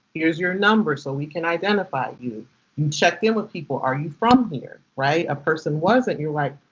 here's your number. so we can identify you. you checked in with people. are you from here? right? a person wasn't, you're like.